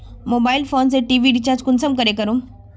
Mobile phone से TV recharge कुंसम करे करूम?